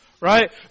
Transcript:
Right